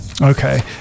okay